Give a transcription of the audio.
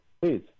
Please